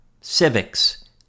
civics